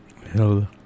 Hello